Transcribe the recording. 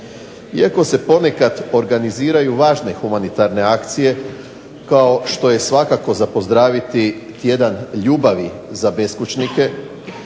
Iako se ponekad organiziraju važne humanitarne akcije kao što je svakako za pozdraviti "Tjedan ljubavi za beskućnike",